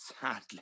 Sadly